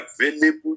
available